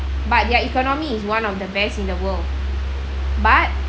but their economy is one of the best in the world but